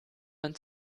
man